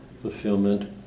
fulfillment